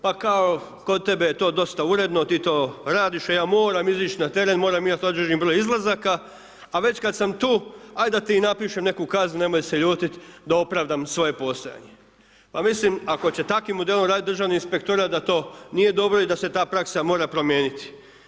Pa kao, kod tebe je to dosta uredno, ti to radiš, a ja moram izaći na teren, moram imati određeni broj izlazaka, a već kad sam tu, ajd da ti i napišem neku kaznu, nemoj se ljutit, da opravdam svoje postojanje.> Pa mislim ako će takvim modelom raditi državni inspektorat, da to nije dobro i da se ta praksa mora promijeniti.